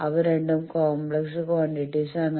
ഇവ രണ്ടും complex quantities ആണ്